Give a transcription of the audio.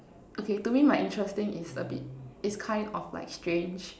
okay to me my interesting is a bit is kind of like strange